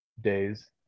days